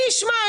מי ישמע,